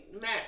Mac